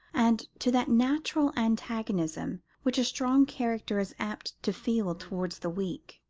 and to that natural antagonism which a strong character is apt to feel towards the weak.